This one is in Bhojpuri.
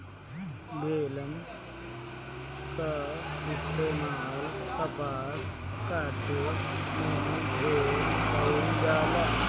बेलर कअ इस्तेमाल कपास काटे में ढेर कइल जाला